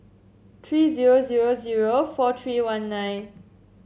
three zero zero zero four three one nine